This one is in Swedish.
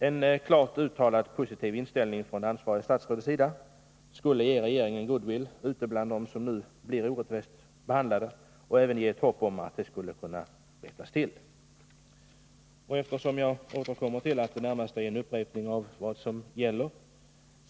En klart uttalad positiv inställning från det ansvariga statsrådets sida skulle ge regeringen goodwill ute bland dem som nu blir orättvist behandlade och ge dem ett hopp om att deras sjukpenning skulle kunna rättas till. Jag återkommer till att svaret närmast är en uppräkning av vad som gäller.